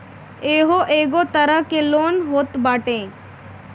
इहो एगो तरह के लोन होत बाटे